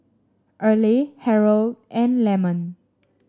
Earle Harrold and Lemon